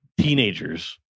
teenagers